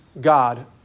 God